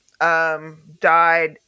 Died